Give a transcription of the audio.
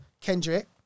Kendrick